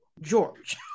George